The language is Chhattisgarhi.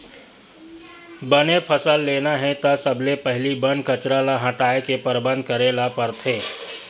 बने फसल लेना हे त सबले पहिली बन कचरा ल हटाए के परबंध करे ल परथे